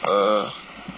err